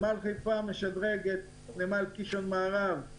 דבר שני, נמל חיפה משדרג את נמל קישון מערב.